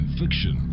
fiction